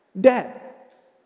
debt